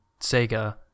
sega